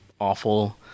awful